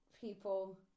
people